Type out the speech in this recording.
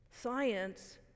Science